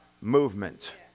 movement